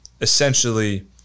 essentially